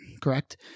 correct